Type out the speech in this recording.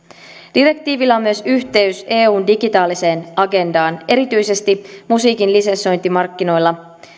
direktiivillä on myös yhteys eun digitaaliseen agendaan erityisesti musiikin lisensiointimarkkinoilla